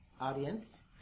audience